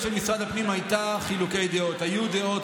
העמדה המקצועית של משרד הפנים הייתה חילוקי דעות: היו דעות